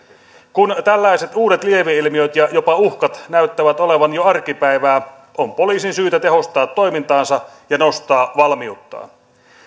kun tällaiset uudet lieveilmiöt ja jopa uhkat näyttävät olevan jo arkipäivää on poliisin syytä tehostaa toimintaansa ja nostaa valmiuttaan